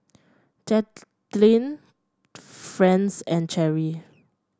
Franz and Cherri